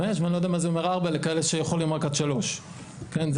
ואני לא יודע מה זה אומר 16:00 לכאלה שיכולים רק עד 15:00. כן?